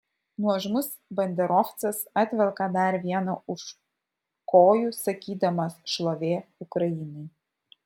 nuožmus banderovcas atvelka dar vieną už kojų sakydamas šlovė ukrainai